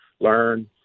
learn